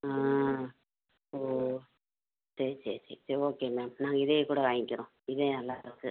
ஆ ஓ சரி சரி சரி சரி ஓகே மேம் நாங்கள் இதையே கூட வாங்கிக்கிறோம் இதே நல்லாயிருக்கு